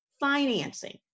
financing